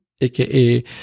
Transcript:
aka